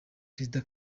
perezida